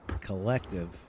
Collective